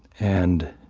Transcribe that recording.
and